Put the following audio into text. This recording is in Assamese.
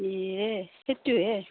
ইয়ে সেইটোহে